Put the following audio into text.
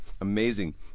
amazing